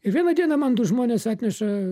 ir vieną dieną man du žmonės atneša